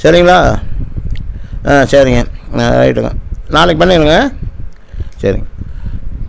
சரிங்ளா ஆ சரிங்க ஆ ரைட்டுங்க நாளைக்கு பண்ணிவிடுங்க சரிங்க